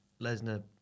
Lesnar